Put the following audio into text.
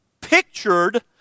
pictured